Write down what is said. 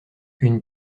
une